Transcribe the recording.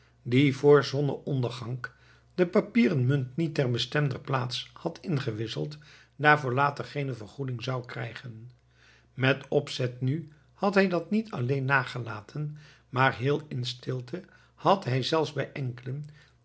die vr sonnen onderganck de papieren munt niet ter bestemder plaatse had ingewisseld daarvoor later geene vergoeding zou krijgen met opzet nu had hij dat niet alleen nagelaten maar heel in stilte had hij zelfs bij enkelen